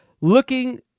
looking